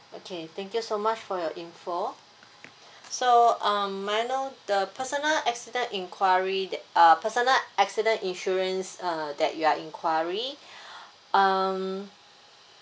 okay thank you so much for your info so um may I know the personal accident enquiry that uh personal accident insurance err that you are enquiring um